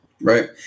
Right